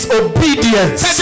obedience